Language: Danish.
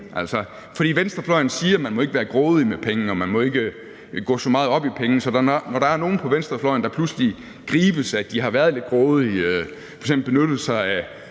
For venstrefløjen siger, at man ikke må være grådig med penge, og at man ikke må gå så meget op i penge, så når der er nogle på venstrefløjen, der pludselig gribes i, at de har været lidt grådige, f.eks. benyttet sig af